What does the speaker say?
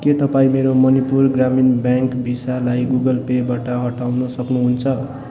के तपाईँ मेरो मणिपुर ग्रामीण ब्याङ्क भिसालाई गुगल पेबाट हटाउनु सक्नुहुन्छ